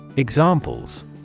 Examples